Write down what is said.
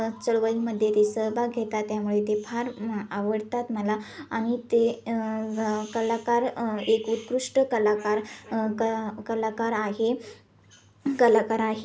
चळवळींमध्ये ते सहभाग घेतात त्यामुळे ते फार आवडतात मला आणि ते कलाकार एक उत्कृष्ट कलाकार क कलाकार आहे कलाकार आहे